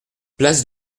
place